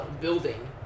building